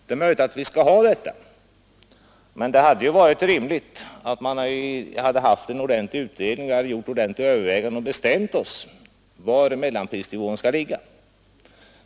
Det är möjligt att vi skall ha en sådan, men det hade ju varit rimligt att vi fått en ordentlig utredning och kunnat göra noggranna överväganden och bestämma oss för var denna mellanprisnivå skall ligga.